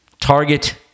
Target